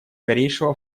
скорейшего